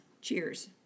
Cheers